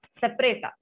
separate